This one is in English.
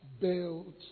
build